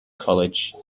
college